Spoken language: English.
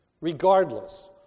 Regardless